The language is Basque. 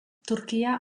turkia